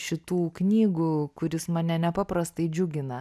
šitų knygų kuris mane nepaprastai džiugina